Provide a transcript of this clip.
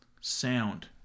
sound